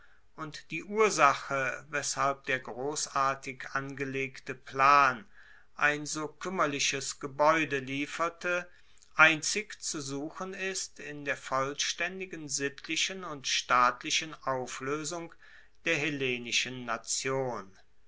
und die ursache weshalb der grossartig angelegte plan ein so kuemmerliches gebaeude lieferte einzig zu suchen ist in der vollstaendigen sittlichen und staatlichen aufloesung der hellenischen nation